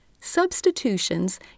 Substitutions